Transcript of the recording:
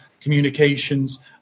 Communications